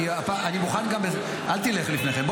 אל תלך לפני כן.